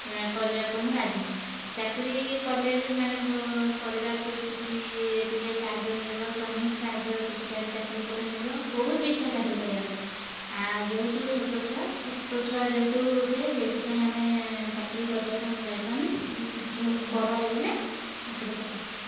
କରିବାକୁ ମୁଁ ରାଜି ଚାକିରୀ କଲେ ବି ମାନେ ପରିବାରଟି ବି ଖୁସି ଟିକେ ସାହାଯ୍ୟ ମିଳିବ ସ୍ୱାମୀଙ୍କୁ ସାହାଯ୍ୟ କିଛିଟା ବି ଚାକିରି କଲେ ମିଳିବ ବହୁତ ଇଚ୍ଛା ଚାକିରୀ କରିବା ପାଇଁ ଆଉ ଯେହେତୁ ଛୋଟ ଛୁଆ ଛୋଟ ଛୁଆ ଯେହେତୁ ସେ ସେଥିପାଇଁ ଆମେ ଚାକିରୀ କରିବା ପାଇଁ ମୁଁ ଯାଇପାରୁନି ଯେତେବେଳକୁ ବଡ଼ ହୋଇଗଲେ ଚାକିରୀ କରିବି